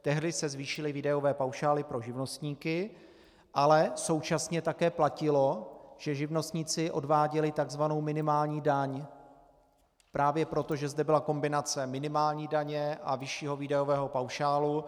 Tehdy se zvýšily výdajové paušály pro živnostníky, ale současně také platilo, že živnostníci odváděli tzv. minimální daň právě proto, že zde byla kombinace minimální daně a vyššího daňového paušálu.